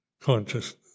consciousness